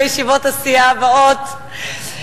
בישיבות הסיעה הבאות.